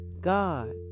God